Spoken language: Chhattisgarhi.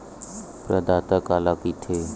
प्रदाता काला कइथे?